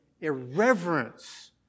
irreverence